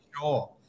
sure